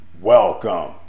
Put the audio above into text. welcome